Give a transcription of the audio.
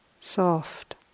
soft